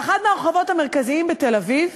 באחד מהרחובות המרכזיים בתל-אביב